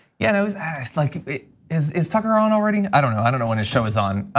yeah, it was like it is is talking around already. i don't know. i don't know when a show is on.